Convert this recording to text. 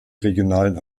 regionalen